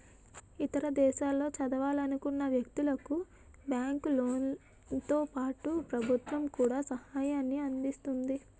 ఇతర దేశాల్లో చదవదలుచుకున్న వ్యక్తులకు బ్యాంకు లోన్లతో పాటుగా ప్రభుత్వం కూడా సహాయాన్ని అందిస్తుంది